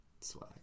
Swag